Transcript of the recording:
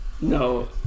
No